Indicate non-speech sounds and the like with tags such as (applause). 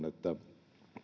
(unintelligible) että